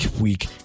week